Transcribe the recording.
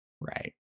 right